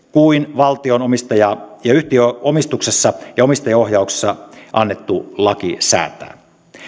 kuin valtion yhtiöomistuksesta ja omistajaohjauksesta annettu laki säätää